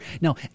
now